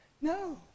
No